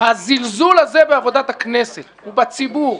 הזלזול הזה בעבודת הכנסת ובציבור,